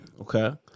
Okay